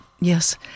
Yes